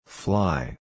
Fly